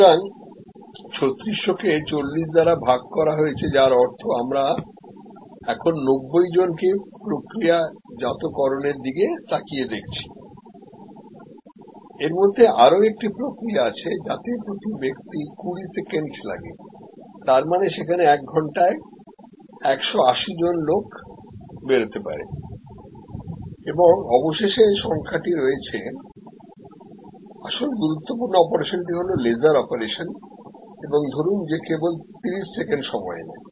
সুতরাং 3600 কে 40 দ্বারা ভাগ করা হয়েছে যার অর্থ আমরা এখন 90 জনকে প্রক্রিয়াজাতকরণের দিকে তাকিয়ে দেখছি এর মধ্যে আরো একটি প্রক্রিয়া আছে যাতে প্রতি ব্যক্তি 20 সেকেন্ড লাগে তার মানে যেখানে এক ঘন্টায় 180 জন লোক বেরোতে পারে এবং অবশেষে সংখ্যাটি রয়েছে আসল গুরুত্বপূর্ণ অপারেশনটি হল লেজার অপারেশন এবং ধরুন যে কেবল 30 সেকেন্ড সময় নেয়